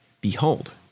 behold